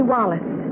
Wallace